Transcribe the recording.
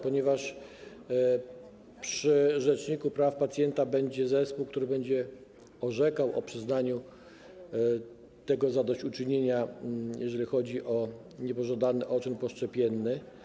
Przy rzeczniku praw pacjenta będzie działał zespół, który będzie orzekał o przyznaniu tego zadośćuczynienia, jeżeli chodzi o niepożądany odczyn poszczepienny.